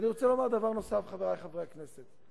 ואני רוצה לומר דבר נוסף, חברי חברי הכנסת,